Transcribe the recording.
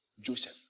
Joseph